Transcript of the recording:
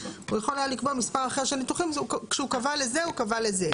הוא יכול היה לקבוע מספר אחר של ניתוחים וכשהוא קבע לזה הוא קבע לזה.